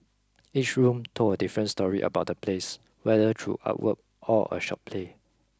each room told a different story about the place whether through artwork or a short play